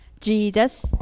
Jesus